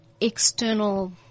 external